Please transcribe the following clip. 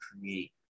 create